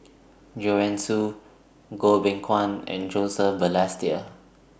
Joanne Soo Goh Beng Kwan and Joseph Balestier